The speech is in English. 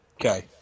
Okay